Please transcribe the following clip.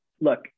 look